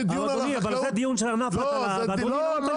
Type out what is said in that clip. זה דיון של ענף ההטלה, אנחנו גם צריכים